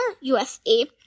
USA